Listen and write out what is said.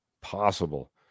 Possible